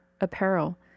apparel